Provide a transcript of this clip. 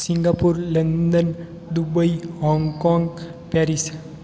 Singapore London Dubai Hong Kong Paris